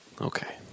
Okay